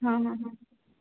हां हां हां